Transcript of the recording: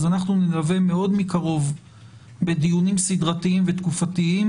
אז אנחנו נלווה מאוד מקרוב בדיונים סדרתיים ותקופתיים